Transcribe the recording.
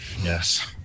Yes